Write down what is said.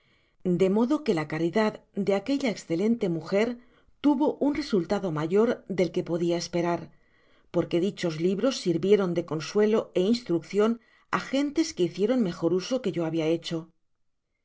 de modo que la caridad de aquella escelente mujer tuvo un resultado mayor del que podia esperar porque dichos libros sirvieron de consuelo é instruccion á gentes que hicieron mejor uso que yo habia hecho